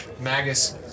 Magus